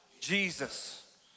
Jesus